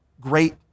great